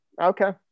Okay